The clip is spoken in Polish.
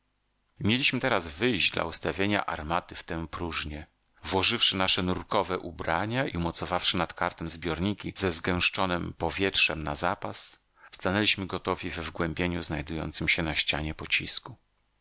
mieliśmy teraz wyjść dla ustawienia armaty w tę próżnię włożywszy nasze nurkowe ubrania i umocowawszy nad karkiem zbiorniki ze zgęszczonem powietrzem na zapas stanęliśmy gotowi we wgłębieniu znajdującem się w ścianie pocisku